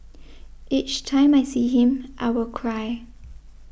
each time I see him I will cry